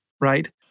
right